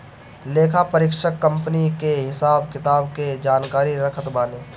लेखापरीक्षक कंपनी कअ हिसाब किताब के जानकारी रखत बाने